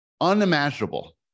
unimaginable